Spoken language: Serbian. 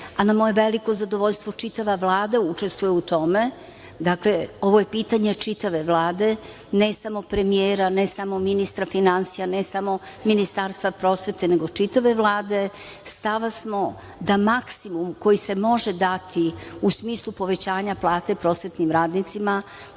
a na moje veliko zadovoljstvo, čitava Vlada učestvuje u tome, ovo je pitanje čitave Vlade, ne samo premijera, ne samo ministra finansija, ne samo Ministarstva prosvete, nego čitave Vlade, stava smo da maksimum koji se može dati u smislu povećanja plate prosvetnim radnicima,